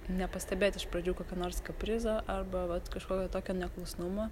nepastebėt iš pradžių kokio nors kaprizo arba vat kažkokio tokio neklusnumo